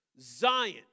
Zion